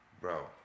Bro